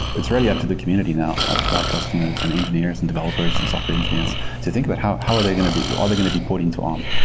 it's really up to the community now, up to our customers and engineers and developers and software engineers to think about how how are they going to be are they going to be putting to arm?